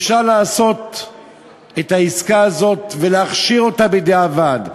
אפשר לעשות את העסקה הזאת ולהכשיר אותה בדיעבד.